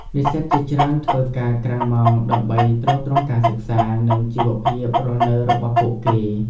និស្សិតជាច្រើនធ្វើការក្រៅម៉ោងដើម្បីទ្រទ្រង់ការសិក្សា និងជីវភាពរស់នៅរបស់ពួកគេ។